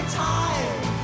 time